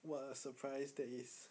what a surprise that is